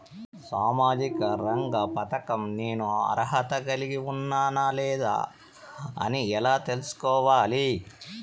సామాజిక రంగ పథకం నేను అర్హత కలిగి ఉన్నానా లేదా అని ఎలా తెల్సుకోవాలి?